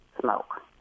smoke